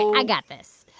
i got this.